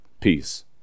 peace